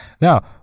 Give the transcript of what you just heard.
Now